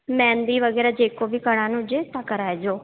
मेहंदी वग़ैरह जेको बि कराइणो हुजे तव्हां कराइजो